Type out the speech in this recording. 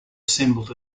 assembled